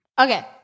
Okay